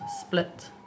split